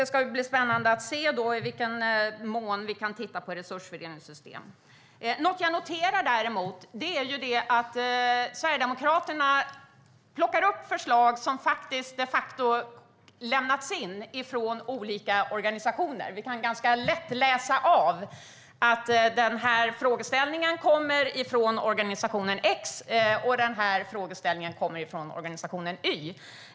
Det ska bli spännande att se i vilken mån vi kan titta på resursfördelningssystem. Men något jag noterar är att Sverigedemokraterna plockar upp förslag som de facto lämnats in från olika organisationer. Vi kan ganska lätt läsa av att en viss frågeställning kommer från organisationen X och en annan från organisationen Y.